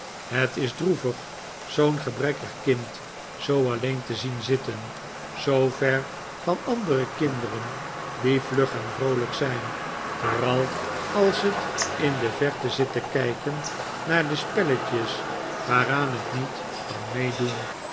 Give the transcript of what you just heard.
het is droevig zoo'n gebrekkig kind zoo alleen te zien bitten zoo ver van andere kinderen die vlup en vroolijk zijn vooral als het in de verte zit te kijken naar de spelletjes waaraan het niet kan meedoen